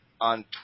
on